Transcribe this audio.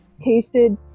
tasted